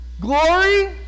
Glory